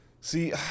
See